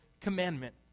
commandment